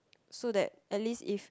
so that at least if